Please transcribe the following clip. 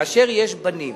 כאשר יש בנים,